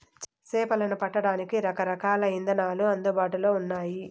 చేపలను పట్టడానికి రకరకాల ఇదానాలు అందుబాటులో ఉన్నయి